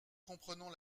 comprenons